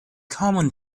common